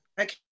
Okay